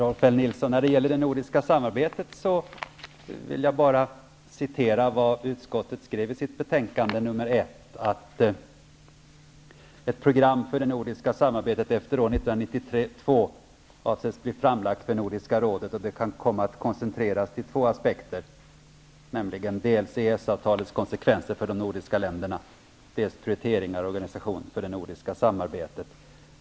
Herr talman! När det gäller det nordiska samarbetet vill jag bara citera vad utskottet skrev i sitt betänkande NU1: ''Ett program för det nordiska samarbetet efter år 1992 avses bli framlagt för Nordiska rådet ------. Det kan komma att koncentreras till två aspekter, nämligen dels EES avtalets konsekvenser för de nordiska länderna, dels prioriteringarna och organisationen för det nordiska samarbetet.''